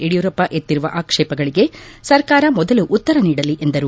ಯಡಿಯೂರಪ್ಪ ಎತ್ತಿರುವ ಆಕ್ಷೇಪಗಳಿಗೆ ಸರ್ಕಾರ ಮೊದಲು ಉತ್ತರ ನೀಡಲಿ ಎಂದರು